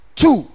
two